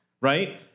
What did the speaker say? right